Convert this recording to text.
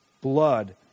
blood